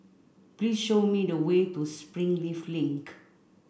please show me the way to Springleaf Link